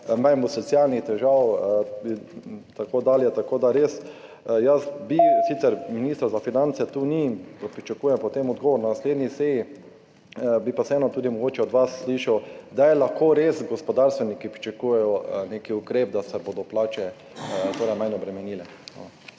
manj bo socialnih težav in tako dalje. Tako da res, jaz bi, sicer ministra za finance tu ni, pričakujem potem odgovor na naslednji seji, bi pa vseeno tudi mogoče od vas slišal, kdaj lahko res gospodarstveniki pričakujejo nek ukrep, da se bodo plače manj obremenile.